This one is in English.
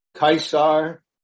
Caesar